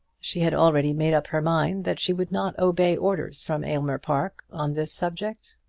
she had already made up her mind that she would not obey orders from aylmer park on this subject.